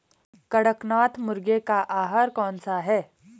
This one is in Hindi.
कड़कनाथ मुर्गे का आहार कौन सा है?